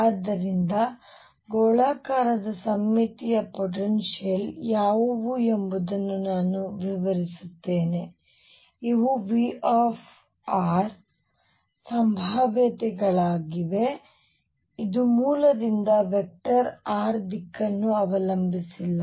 ಆದ್ದರಿಂದ ಗೋಳಾಕಾರದ ಸಮ್ಮಿತೀಯ ಪೊಟೆನ್ಷಿಯಲ್ ಯಾವುವು ಎಂಬುದನ್ನು ನಾನು ವಿವರಿಸುತ್ತೇನೆ ಇವು V ಸಂಭಾವ್ಯತೆಗಳಾಗಿವೆ ಇದು ಮೂಲದಿಂದ ವೆಕ್ಟರ್ r ದಿಕ್ಕನ್ನು ಅವಲಂಬಿಸಿಲ್ಲ